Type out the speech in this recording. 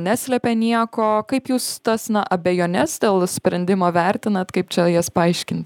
neslėpė nieko kaip jūs tas na abejones dėl sprendimo vertinat kaip čia jas paaiškint